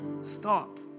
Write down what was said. stop